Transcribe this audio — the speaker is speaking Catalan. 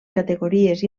categories